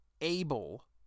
able